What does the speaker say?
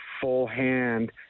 full-hand